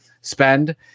spend